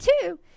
two